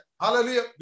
Hallelujah